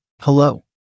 Hello